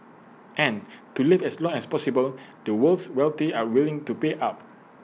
and to live as long as possible the world's wealthy are willing to pay up